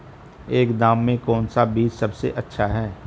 कम दाम में कौन सा बीज सबसे अच्छा है?